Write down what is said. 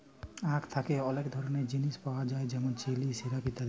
আখ থ্যাকে অলেক ধরলের জিলিস পাওয়া যায় যেমল চিলি, সিরাপ ইত্যাদি